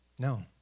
No